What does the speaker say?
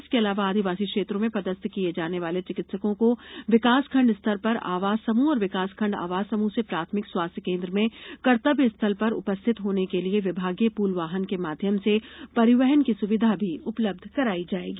इसके अलावा आदिवासी क्षेत्रों में पदस्थ किये जाने वाले चिकित्सकों को विकासखण्ड स्तर पर आवास समूह और विकासखण्ड आवास समूह से प्राथमिक स्वास्थ्य केन्द्र में कर्तव्य स्थल पर उपस्थित होने के लिये विभागीय पूल वाहन के माध्यम से परिवहन की सुविधा भी उपलब्ध कराई जाएगी